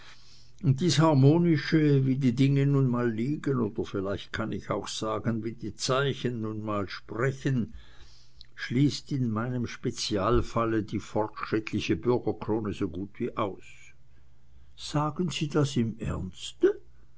dies harmonische wie die dinge nun mal liegen oder vielleicht kann ich auch sagen wie die zeichen nun mal sprechen schließt in meinem spezialfalle die fortschrittliche bürgerkrone so gut wie aus sagen sie das im ernste